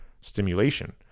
stimulation